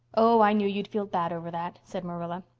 oh, i knew you'd feel bad over that, said marilla.